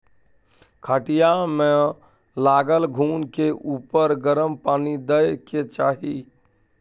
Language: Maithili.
खटिया मे लागल घून के उपर गरम पानि दय के चाही